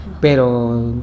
...pero